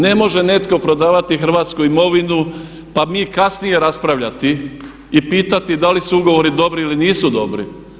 Ne može netko prodavati hrvatsku imovinu, pa mi kasnije raspravljati i pitati da li su ugovori dobri ili nisu dobri.